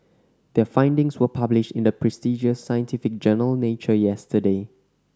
their findings were published in the prestigious scientific journal Nature yesterday